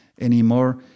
anymore